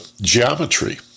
geometry